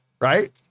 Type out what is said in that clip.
right